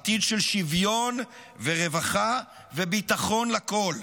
עתיד של שוויון ורווחה וביטחון לכול,